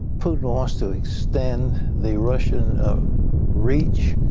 putin wants to extend the russian reach.